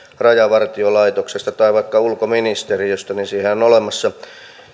rajavartiolaitoksesta tai vaikka ulkoministeriöstä niin siihenhän on olemassa